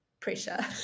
pressure